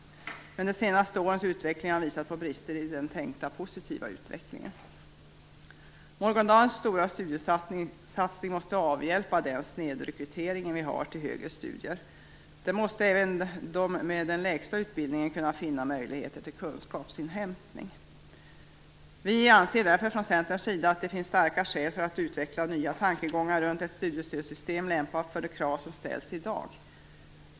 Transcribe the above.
Men de senaste årens utveckling har visat på brister i den tänkta positiva utvecklingen. Morgondagens stora studiesatsning måste avhjälpa den snedrekrytering vi har till högre studier. Där måste även de med den lägsta utbildningen kunna finna möjligheter till kunskapsinhämtning. Vi anser därför från Centerns sida att det finns starka skäl för att utveckla nya tankegångar runt ett studiestödssystem lämpat för de krav som ställs i dag.